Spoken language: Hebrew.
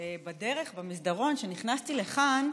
בדרך, במסדרון, כשנכנסתי לכאן,